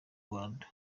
rwanda